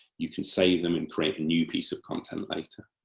you can save them and create a new piece of content later.